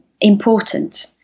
important